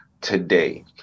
today